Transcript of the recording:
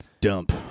dump